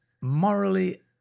morally